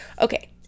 Okay